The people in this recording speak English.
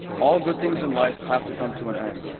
all good things in life have to come to an end,